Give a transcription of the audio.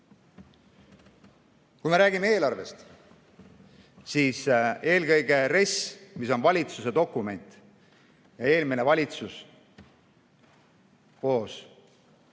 Kui me räägime eelarvest, siis RES‑i, mis on valitsuse dokument, eelmine valitsus koos